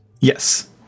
Yes